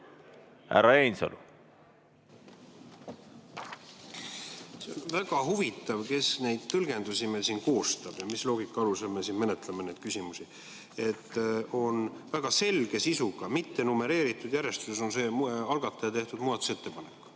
See on väga huvitav, kes neid tõlgendusi meil siin koostab ja mis loogika alusel me siin menetleme neid küsimusi. On väga selge sisuga, mittenumereeritud järjestuses see algataja tehtud muudatusettepanek.